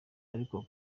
ariko